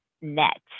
net